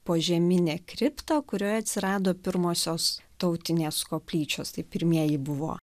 požeminė kripta kurioj atsirado pirmosios tautinės koplyčios tai pirmieji buvo